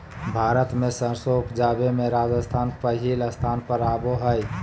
भारत मे सरसों उपजावे मे राजस्थान पहिल स्थान पर आवो हय